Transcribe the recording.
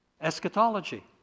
eschatology